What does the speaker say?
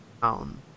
town